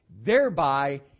thereby